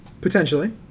Potentially